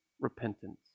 repentance